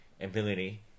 ability